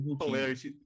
hilarious